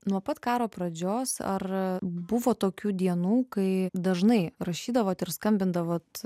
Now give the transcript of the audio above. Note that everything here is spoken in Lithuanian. nuo pat karo pradžios ar buvo tokių dienų kai dažnai rašydavo ir skambindavote